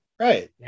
Right